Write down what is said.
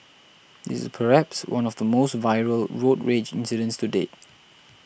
this is perhaps one of the most viral road rage incidents to date